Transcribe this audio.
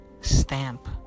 stamp